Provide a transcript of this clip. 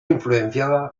influenciada